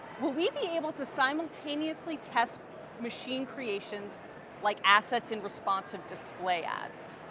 we be able to simultaneously test machine creations like assets and responsive display ads?